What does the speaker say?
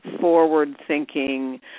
forward-thinking